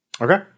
Okay